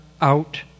out